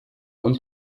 und